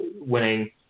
winning